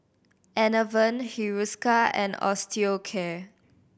Enervon Hiruscar and Osteocare